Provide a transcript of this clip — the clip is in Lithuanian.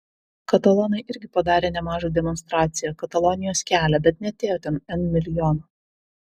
katalonai irgi padarė nemažą demonstraciją katalonijos kelią bet neatėjo ten n milijonų